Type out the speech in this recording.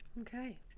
Okay